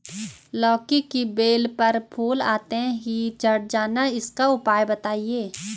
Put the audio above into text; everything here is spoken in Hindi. लौकी की बेल पर फूल आते ही झड़ जाना इसका उपाय बताएं?